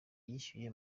nishyuye